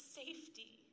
safety